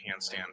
handstand